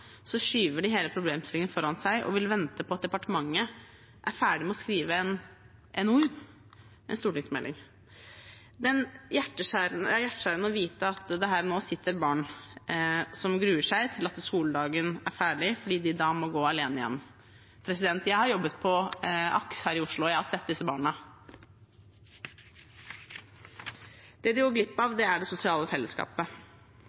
skyver de hele problemstillingen foran seg og vil vente på at departementet er ferdig med å skrive en stortingsmelding. Det er hjerteskjærende å vite at det her og nå sitter barn som gruer seg til skoledagen er ferdig, fordi de da må gå alene hjem. Jeg har jobbet på AKS her i Oslo, og jeg har sett disse barna. Det de